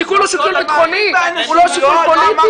השיקול הוא שיקול ביטחוני, הוא לא שיקול פוליטי.